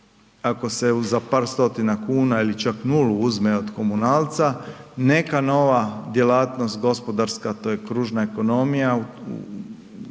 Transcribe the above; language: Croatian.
ako se za par stotina kuna ili čak nulu uzme od komunalca neka nova djelatnost gospodarska, to je kružna ekonomija